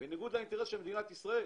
בניגוד לאינטרס של מדינת ישראל.